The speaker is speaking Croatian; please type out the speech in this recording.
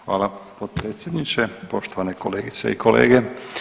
Hvala potpredsjedniče, poštovane kolegice i kolege.